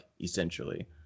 essentially